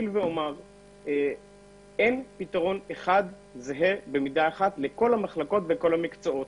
אין פתרון זהה במידה שווה לכל המחלקות ולכל המקצועות.